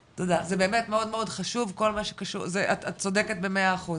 באמת מאוד חשוב, את צודקת במאה אחוז